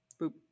Boop